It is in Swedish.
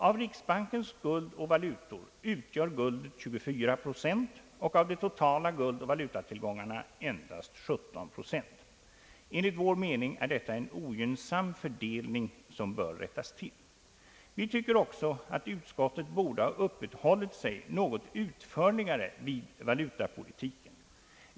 Av riksbankens guld och valutor utgör guldet 24 procent och av de totala guldoch valutatillgångarna endast 17 procent. Enligt vår mening är detta en ogynnsam fördelning som bör rättas till. Vi tycker också att utskottet borde ha uppehållit sig något utförligare vid valutapolitiken.